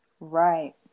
Right